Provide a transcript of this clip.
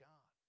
God